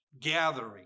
gathering